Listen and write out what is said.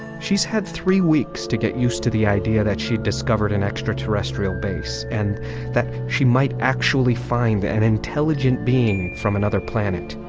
she's had three weeks to get used to the idea that she'd discovered an extra terrestrial base and that she might actually find an intelligent being from another planet